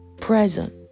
present